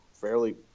fairly